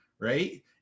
Right